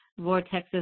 vortexes